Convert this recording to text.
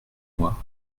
mois